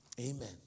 Amen